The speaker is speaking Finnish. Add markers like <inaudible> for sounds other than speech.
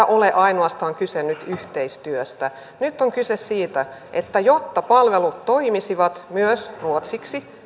<unintelligible> ole ainoastaan kyse nyt yhteistyöstä nyt on kyse siitä että jotta palvelut toimisivat myös ruotsiksi